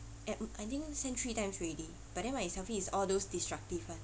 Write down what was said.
at m~ I think send three times already but then my selfies is all those destructive [one]